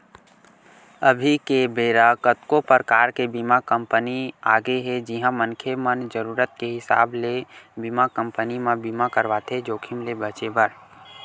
अभी के बेरा कतको परकार के बीमा कंपनी आगे हे जिहां मनखे मन जरुरत के हिसाब ले बीमा कंपनी म बीमा करवाथे जोखिम ले बचें बर